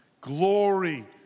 Glory